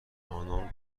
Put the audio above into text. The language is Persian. آنان